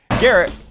Garrett